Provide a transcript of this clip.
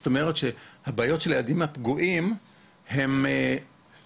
זאת אומרת, הבעיות של הילדים הפגועים הן מגוונות